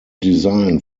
design